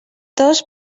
dos